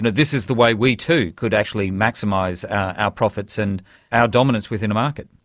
this is the way we too could actually maximise our profits and our dominance within a market?